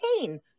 pain